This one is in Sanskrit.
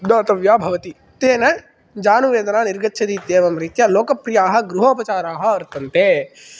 दातव्या भवति तेन जानुवेदना निर्गच्छति इत्येवं रीत्या लोकप्रियाः गृहोपचाराः वर्तन्ते